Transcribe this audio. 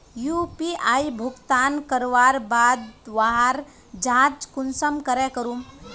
UPI भुगतान करवार बाद वहार जाँच कुंसम करे करूम?